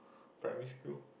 primary school